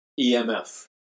EMF